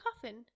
coffin